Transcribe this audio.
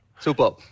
Super